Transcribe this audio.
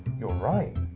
you're right!